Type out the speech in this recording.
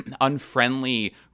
unfriendly